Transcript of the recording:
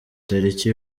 taliki